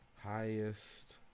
highest